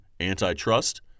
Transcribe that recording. antitrust